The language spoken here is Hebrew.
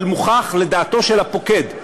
אבל מוכח לדעתו של הפוקד,